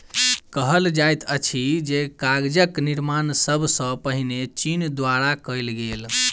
कहल जाइत अछि जे कागजक निर्माण सब सॅ पहिने चीन द्वारा कयल गेल